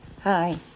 Hi